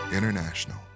International